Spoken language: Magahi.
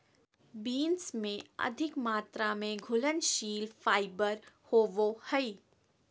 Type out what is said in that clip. बीन्स में अधिक मात्रा में घुलनशील फाइबर होवो हइ